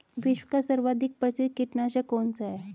विश्व का सर्वाधिक प्रसिद्ध कीटनाशक कौन सा है?